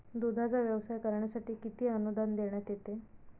दूधाचा व्यवसाय करण्यासाठी किती अनुदान देण्यात येते?